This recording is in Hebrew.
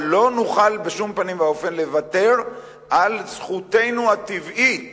אבל לא נוכל בשום פנים ואופן לוותר על זכותנו הטבעית